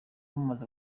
amaze